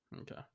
Okay